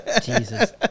Jesus